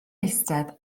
eistedd